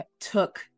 took